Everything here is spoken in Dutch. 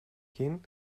kin